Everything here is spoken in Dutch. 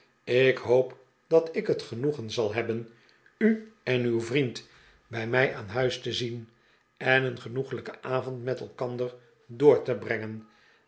ik hoop dat ik het genoegen zal hebben u en uw vriend bij mij aan huis te zien eh een genoeglijken avond met elkander door te brengen